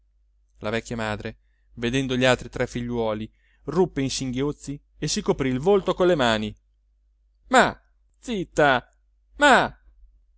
la vecchia madre vedendo gli altri tre figliuoli ruppe in singhiozzi e si coprì il volto con le mani ma zitta ma